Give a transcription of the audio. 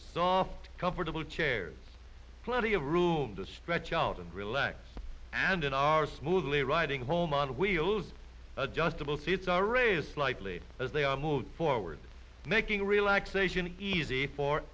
soft comfortable chairs plenty of room to stretch out and relax and in our smoothly riding home on wheels adjustable seats are raised slightly as they are moving forward making relaxation easy for